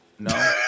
No